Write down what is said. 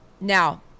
now